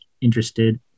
interested